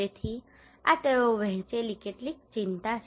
તેથી આ તેઓએ વહેંચેલી કેટલીક ચિંતા છે